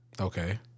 Okay